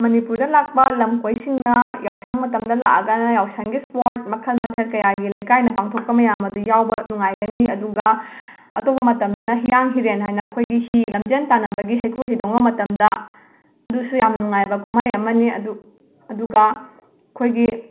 ꯃꯅꯤꯄꯨꯔꯗ ꯂꯥꯛꯄ ꯂꯝꯀꯣꯏꯕꯁꯤꯡꯅ ꯌꯥꯎꯁꯪ ꯃꯇꯝꯗ ꯂꯥꯛꯂꯒ ꯌꯥꯎꯁꯪꯒꯤ ꯁ꯭ꯄꯣꯔꯠ ꯃꯈꯜ ꯃꯊꯦꯜ ꯀꯌꯥꯒꯤ ꯂꯩꯀꯥꯏꯅ ꯄꯥꯡꯊꯣꯛꯄ ꯃꯌꯥꯝ ꯑꯗꯨ ꯌꯥꯎꯕ ꯅꯨꯡꯉꯥꯏꯒꯅꯤ ꯑꯗꯨꯒ ꯑꯇꯣꯞꯄ ꯃꯇꯝꯗꯅ ꯍꯤꯌꯥꯡ ꯍꯤꯔꯦꯟ ꯍꯥꯏꯅ ꯑꯩꯈꯣꯏꯒꯤ ꯍꯤ ꯂꯝꯖꯦꯟ ꯇꯥꯟꯅꯕꯒꯤ ꯍꯩꯀ꯭ꯔꯨ ꯍꯤꯗꯣꯡꯕ ꯃꯇꯝꯗ ꯑꯗꯨꯁꯨ ꯌꯥꯝꯅ ꯅꯨꯡꯉꯥꯏꯕ ꯀꯨꯝꯍꯩ ꯑꯃꯅꯤ ꯑꯗꯨꯒ ꯑꯩꯈꯣꯏꯒꯤ